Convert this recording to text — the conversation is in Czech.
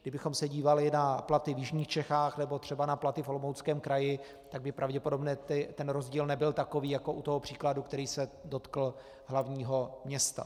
Kdybychom se dívali na platy v jižních Čechách nebo třeba na platy v Olomouckém kraji, tak by pravděpodobně ten rozdíl nebyl takový jako u toho příkladu, který se dotkl hlavního města.